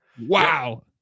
wow